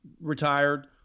retired